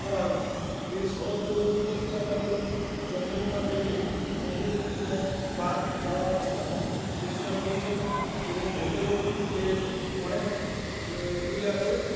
করা হয়েছে এর সরক যোগাযোগ বলতে আমাদের চন্দ্রকোনা থেকে চন্দ্রকেতু পার্ক যাওয়ার রাস্তা খুবই পরিষ্কার পরিচ্ছন্ন এবং ভেতরেও এর অনেক গুলি আছে